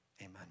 amen